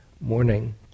morning